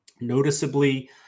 noticeably